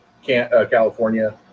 California